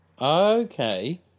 Okay